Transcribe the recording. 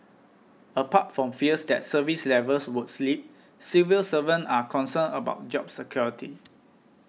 apart from fears that service levels would slip civil servants are concerned about job security